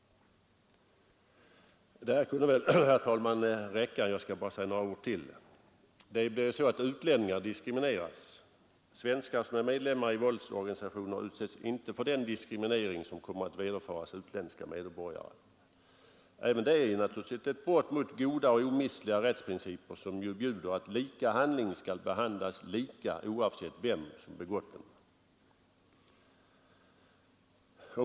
Det kunde i och för sig räcka med det anförda. Men jag skall säga ytterligare några ord. Utlänningar diskrimineras — svenskar som är medlemmar i våldsorganisationer utsätts inte för den diskriminering som kommer att vederfaras utländska medborgare. Även detta är naturligtvis ett brott mot goda och omistliga rättsprinciper, som ju bjuder att lika handling skall bedömas lika oavsett vem som begått den.